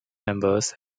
members